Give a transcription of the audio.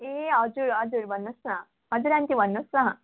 ए हजुर हजुर भन्नुहोस् न हजुर आन्टी भन्नुहोस् न